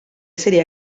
seria